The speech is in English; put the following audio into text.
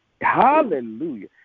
hallelujah